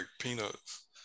peanuts